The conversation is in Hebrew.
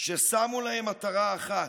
ששמו להם מטרה אחת: